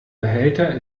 behälter